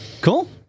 Cool